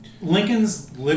Lincoln's